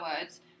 words